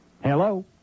Hello